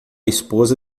esposa